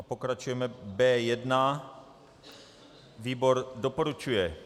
Pokračujeme B1. Výbor doporučuje.